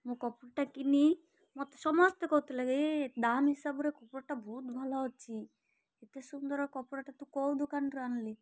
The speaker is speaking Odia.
ମୁଁ କପଡ଼ାଟା କିିଣି ମତେ ସମସ୍ତେ କହୁଥିଲେ କି ଦାମ୍ ହିସାବରେ କପଡ଼ାଟା ବହୁତ ଭଲ ଅଛି ଏତେ ସୁନ୍ଦର କପଡ଼ାଟା ତୁ କେଉଁ ଦୋକାନରୁ ଆଣିଲି